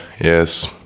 Yes